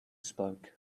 spoke